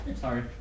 Sorry